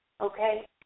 Okay